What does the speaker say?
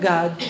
God